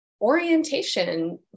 orientation